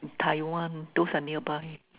Taiwan those are nearby